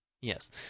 Yes